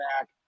back